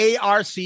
ARC